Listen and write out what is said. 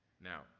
Now